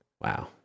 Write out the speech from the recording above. Wow